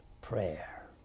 prayer